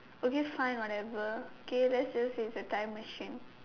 okay fine whatever K let's just say it's a time machine